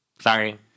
sorry